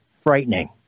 frightening